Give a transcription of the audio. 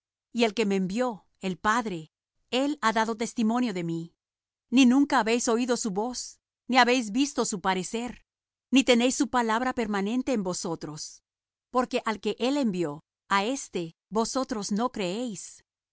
y el que me envió el padre él ha dado testimonio de mí ni nunca habéis oído su voz ni habéis visto su parecer ni tenéis su palabra permanente en vosotros porque al que él envió á éste vosotros no creéis